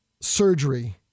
surgery